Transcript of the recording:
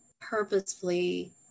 purposefully